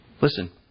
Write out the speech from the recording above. Listen